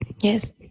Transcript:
Yes